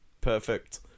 perfect